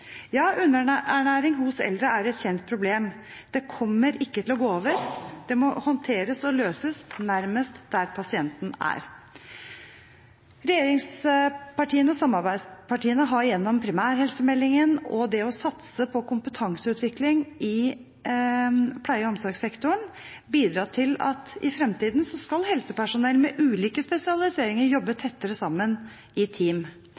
Ja, underernæring hos eldre er et kjent problem. Det kommer ikke til å gå over. Det må håndteres og løses nærmest der pasienten er. Regjeringspartiene og samarbeidspartiene har gjennom primærhelsemeldingen og det å satse på kompetanseutvikling i pleie- og omsorgssektoren bidratt til at i framtiden skal helsepersonell med ulike spesialiseringer jobbe tettere sammen i team.